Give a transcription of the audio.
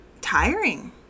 tiring